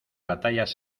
batallas